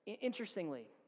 Interestingly